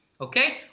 okay